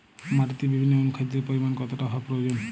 মাটিতে বিভিন্ন অনুখাদ্যের পরিমাণ কতটা হওয়া প্রয়োজন?